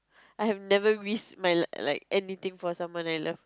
I have never risked my like anything for someone I love